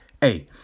hey